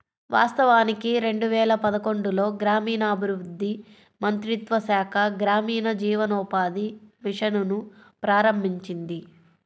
వాస్తవానికి రెండు వేల పదకొండులో గ్రామీణాభివృద్ధి మంత్రిత్వ శాఖ గ్రామీణ జీవనోపాధి మిషన్ ను ప్రారంభించింది